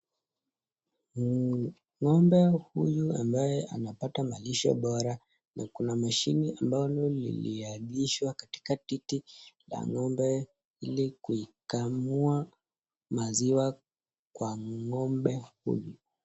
Ng'ombe huyu ambaye anapata malishe bora na kuna mashine ambalo liliagishwa katika titi la ng'ombe hili kuikamua maziwa kwa ng'ombe huyu.